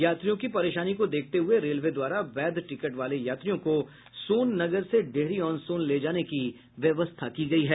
यात्रियों की परेशानी को देखते हुए रेलवे द्वारा वैध टिकट वाले यात्रियों को सोन नगर से डेहरी ऑन सोन ले जाने की व्यवस्था की गयी है